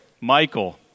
Michael